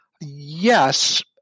yes